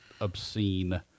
obscene